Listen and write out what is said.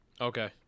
Okay